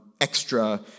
extra